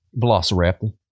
Velociraptor